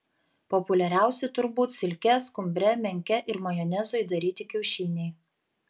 populiariausi turbūt silke skumbre menke ir majonezu įdaryti kiaušiniai